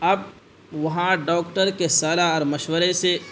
اب وہاں ڈاکٹر کے صلاح اور مشورے سے